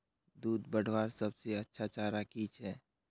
दूध बढ़वार सबसे अच्छा चारा की छे?